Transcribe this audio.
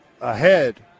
ahead